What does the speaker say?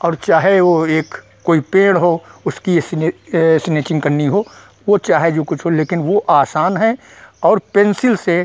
और चाहे वह एक कोई पेड़ हो उसकी यह सीने स्केचिन्ग करनी हो वह चाहे जो कुछ हो लेकिन वह आसान है और पेन्सिल से